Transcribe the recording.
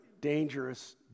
dangerous